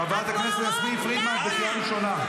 חברת הכנסת יסמין פרידמן, את בקריאה ראשונה.